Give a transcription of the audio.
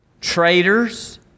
Traitors